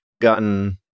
gotten